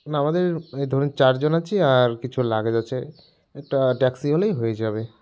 না আমাদের এই ধরুন চার জন আছি আর কিছু লাগেজ আছে একটা ট্যাক্সি হলেই হয়ে যাবে